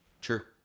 Sure